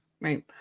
Right